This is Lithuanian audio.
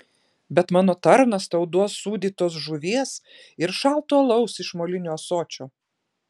bet mano tarnas tau duos sūdytos žuvies ir šalto alaus iš molinio ąsočio